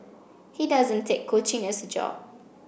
he doesn't take coaching as a job